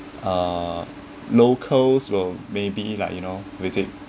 uh locals will maybe like you know visit